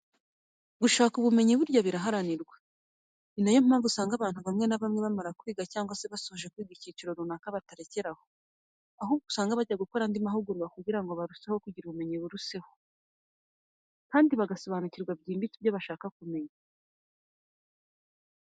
Gushaka ubumenyi burya biraharanirwa, ni na yo mpamvu usanga abantu bamwe na bamwe bamara kwiga cyangwa se basoje kwiga icyiciro runaka batarekera aho, ahubwo usanga bajya gukora n'andi mahugurwa kugira ngo barusheho kugira ubumenyi buruseho kandi bagasobanukirwa byimbitse ibyo bashaga kumenya.